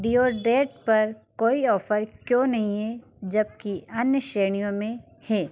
deodorant पर कोई offer क्यों नहीं है जबकि अन्य श्रेणियों में हे